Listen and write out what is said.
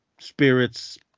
spirits